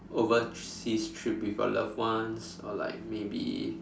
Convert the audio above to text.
overseas trip with your loved ones or like maybe